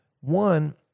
One